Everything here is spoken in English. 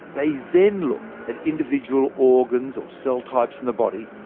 they then looked at individual organs or cell types in the body,